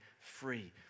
free